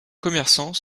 commerçants